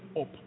up